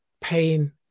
pain